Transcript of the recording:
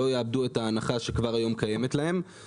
יאבדו את ההנחה שכבר היום קיימת להם.